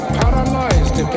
paralyzed